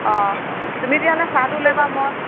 অঁ তুমি তেতিয়াহ'লে চাহটো লৈ আহিবা মই